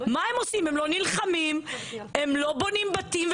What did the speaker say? הם לא נלחמים, הם לא בונים בתים.